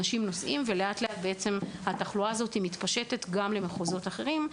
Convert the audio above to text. אנשים נוסעים ברחבי הארץ והתחלואה מתפשטת גם למחוזות אחרים.